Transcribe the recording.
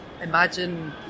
imagine